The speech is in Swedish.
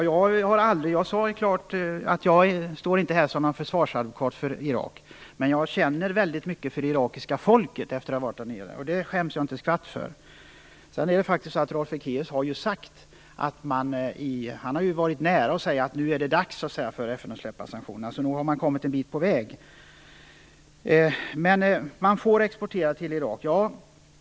Fru talman! Jag sade klart och tydligt att jag inte är någon försvarsadvokat för Irak. Men jag känner mycket starkt för det irakiska folket, och det skäms jag inte ett skvatt för. Rolf Ekéus har faktiskt varit nära att säga att det nu är dags för FN att släppa sanktionerna. Så nog har man kommit en bit på väg. Så till detta att man får exportera till Irak.